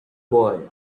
boy